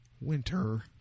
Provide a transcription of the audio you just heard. winter